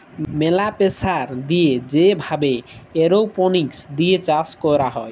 ম্যালা প্রেসার দিয়ে যে ভাবে এরওপনিক্স দিয়ে চাষ ক্যরা হ্যয়